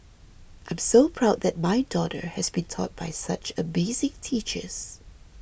I'm so proud that my daughter has been taught by such amazing teachers